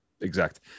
exact